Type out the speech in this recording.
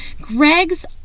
Greg's